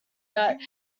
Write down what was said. that